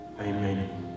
amen